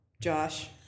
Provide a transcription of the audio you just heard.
Josh